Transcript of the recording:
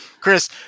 Chris